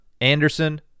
Anderson